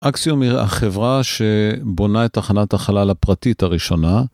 אקסיום היא החברה שבונה את תחנת החלל הפרטית הראשונה